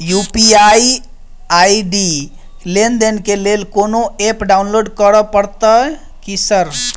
UPI ID लेनदेन केँ लेल कोनो ऐप डाउनलोड करऽ पड़तय की सर?